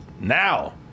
now